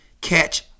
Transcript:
catch